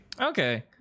okay